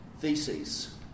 theses